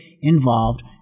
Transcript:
involved